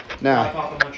Now